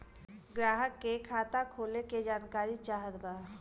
ग्राहक के खाता खोले के जानकारी चाहत बा?